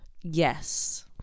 Yes